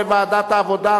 לדיון מוקדם בוועדת העבודה,